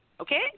Okay